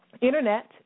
Internet